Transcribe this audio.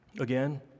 again